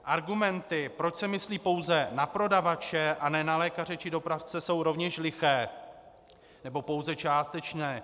Argumenty, proč se myslí pouze na prodavače a ne na lékaře či dopravce, jsou rovněž liché, nebo pouze částečné.